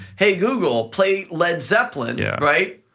hey, google play led zeppelin. yeah right?